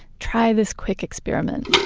try this quick experiment,